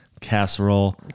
casserole